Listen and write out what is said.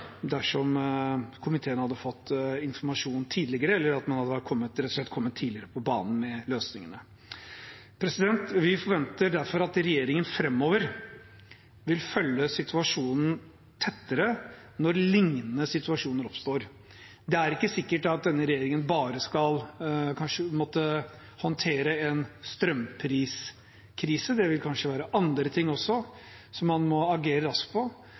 komiteen hadde fått informasjon tidligere, eller at man rett og slett hadde kommet tidligere på banen med løsningene. Vi forventer derfor at regjeringen framover vil følge situasjonen tettere når lignende situasjoner oppstår. Det er ikke sikkert at denne regjeringen bare skal måtte håndtere en strømpriskrise. Det vil kanskje være andre ting også som man må agere raskt på,